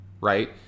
right